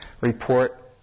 report